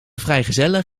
vrijgezellen